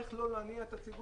איך לא להניע את הציבור.